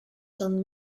són